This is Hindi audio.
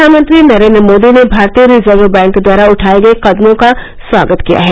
प्रधानमंत्री नरेन्द्र मोदी ने भारतीय रिजर्व बैंक द्वारा उठाए गए कदमों का स्वागत किया है